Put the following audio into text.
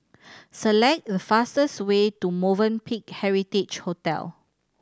select the fastest way to Movenpick Heritage Hotel